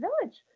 village